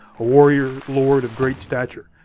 a warrior, lord of great stature.